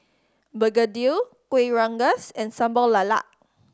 begedil Kueh Rengas and Sambal Lala